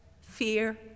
fear